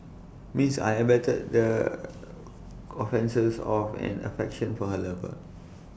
Miss I abetted the offences of an affection for her lover